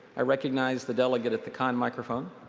i recognize the delegate at the con microphone.